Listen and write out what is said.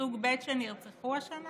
סוג ב' שנרצחו השנה?